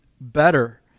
better